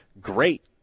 great